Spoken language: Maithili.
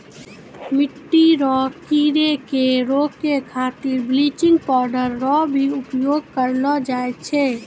मिट्टी रो कीड़े के रोकै खातीर बिलेचिंग पाउडर रो भी उपयोग करलो जाय छै